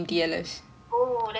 oh that's sad